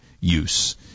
use